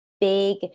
big